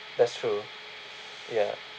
that's true ya